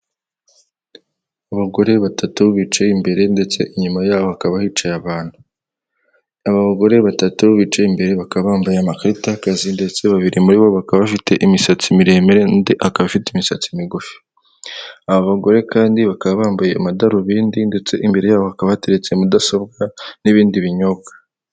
Abagore batatu bicaye imbere ndetse inyuma yaho hakaba hicaye abantu, aba bagore batatu bicaye imbere bakaba bambaye amakarita y'akazi ndetse babiri muri bo bakaba bafite imisatsi miremire bafite imisatsi migufi, aba bagore kandi bakaba bambaye amadarubindi ndetse imbere yabo hakaba bateretse mudasobwa n'ibindi binyobwa.